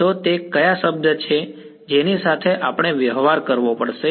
તો તે કયા શબ્દ છે જેની સાથે આપણે વ્યવહાર કરવો પડશે